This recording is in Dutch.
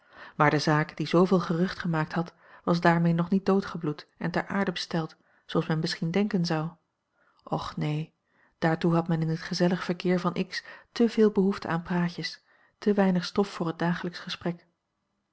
maar de zaak die zooveel gerucht gemaakt had was daarmee nog niet doodgebloed en ter aarde besteld zooals men misschien denken zou och neen daartoe had men in het gezellig verkeer van x te veel behoefte aan praatjes te weinig stof voor het dagelijksch gesprek